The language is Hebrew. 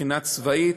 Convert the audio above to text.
מבחינה צבאית,